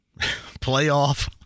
playoff